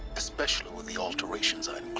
especially with the alterations i